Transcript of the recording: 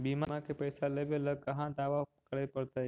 बिमा के पैसा लेबे ल कहा दावा करे पड़तै?